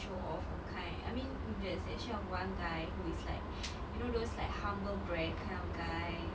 show off kind I mean there's actually one guy who is like you know those like humble brag kind of guy